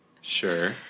Sure